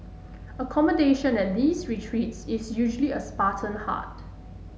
accommodation at these retreats is usually a Spartan hut